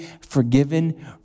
forgiven